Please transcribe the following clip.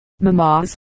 mamas